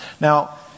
Now